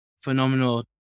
phenomenal